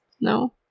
No